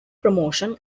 promotion